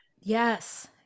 yes